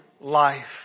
life